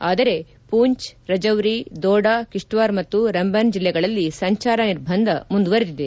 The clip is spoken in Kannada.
ಆದರೆ ಪೂಂಚ್ ರಚೌರಿ ದೋಡಾ ಕಿಷ್ಟ್ವಾರ್ ಮತ್ತು ರಂಬನ್ ಜಿಲ್ಲೆಗಳಲ್ಲಿ ಸಂಚಾರ ನಿರ್ಬಂಧ ಮುಂದುವರೆದಿದೆ